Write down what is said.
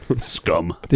Scum